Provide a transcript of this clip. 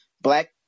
Black